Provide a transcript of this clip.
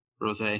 Rose